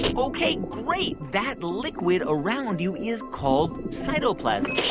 ok, great that liquid around you is called cytoplasm